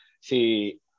see